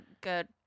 good